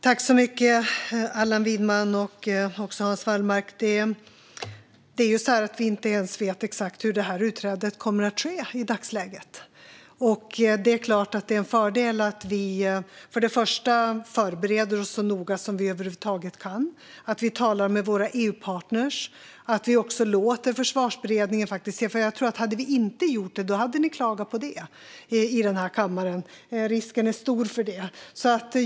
Fru talman! Tack, Allan Widman och Hans Wallmark! I dagsläget vet vi inte ens hur utträdet kommer att ske. Det är klart att det är en fördel att vi förbereder oss så noga vi över huvud taget kan, att vi talar med våra EU-partner och att vi låter Försvarsberedningen titta på det. Om vi inte hade gjort det tror jag att ni hade klagat på det i den här kammaren. Risken är stor för det.